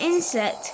Insect